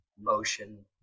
motion